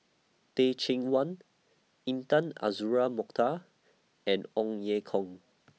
Teh Cheang Wan Intan Azura Mokhtar and Ong Ye Kung